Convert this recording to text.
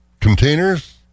containers